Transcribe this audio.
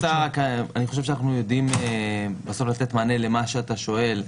אני חושב שאנחנו יודעים לתת מענה למה שאתה שואל.